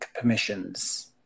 permissions